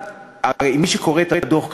הרי מי שקורא את הדוח,